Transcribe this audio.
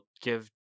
Give